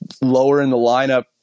lower-in-the-lineup